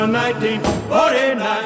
1949